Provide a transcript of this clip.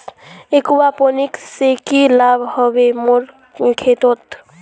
aquaponics से की लाभ ह बे मोर खेतोंत